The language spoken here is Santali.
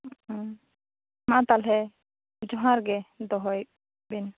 ᱦᱩᱜᱼᱩᱸ ᱢᱟ ᱛᱟᱦᱚᱞᱮ ᱡᱚᱦᱟᱨᱜᱮ ᱫᱚᱦᱚᱭ ᱵᱤᱱ